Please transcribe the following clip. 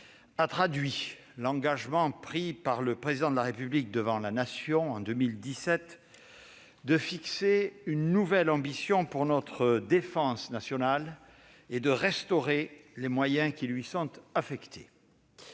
a traduit l'engagement pris par le Président de la République devant la Nation en 2017 de fixer une nouvelle ambition pour notre défense nationale et de restaurer les moyens qui lui sont affectés.